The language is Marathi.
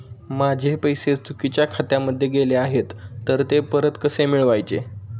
माझे पैसे चुकीच्या खात्यामध्ये गेले आहेत तर ते परत कसे मिळवायचे?